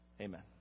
Amen